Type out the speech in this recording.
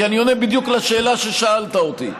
כי אני עונה בדיוק על השאלה ששאלת אותי.